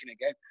again